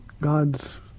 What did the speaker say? God's